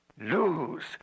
lose